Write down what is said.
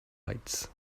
lights